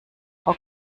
frau